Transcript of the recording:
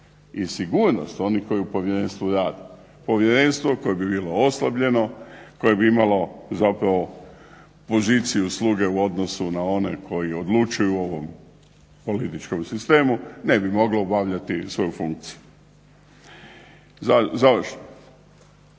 i sigurnost onih koji u Povjerenstvu rade. Povjerenstvo koje bi bilo oslabljeno, koje bi imalo zapravo poziciju sluge u odnosu na one koji odlučuju o ovom političkom sistemu ne bi moglo obavljati svoju funkciju. Završno.